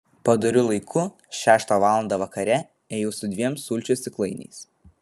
padoriu laiku šeštą valandą vakare ėjau su dviem sulčių stiklainiais